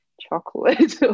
chocolate